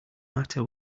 matter